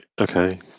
okay